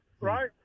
right